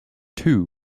two